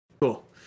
cool